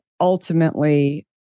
ultimately